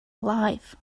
alive